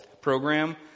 program